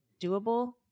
doable